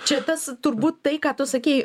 čia tas turbūt tai ką tu sakei